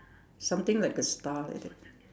something like a star like that